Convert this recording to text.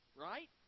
Right